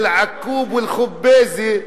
לעקוב ולחוביזה,